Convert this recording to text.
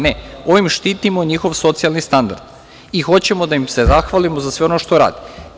Ne, ovim štitimo njihov socijalni standard, i hoćemo da im se zahvalimo sa sve ono što rade.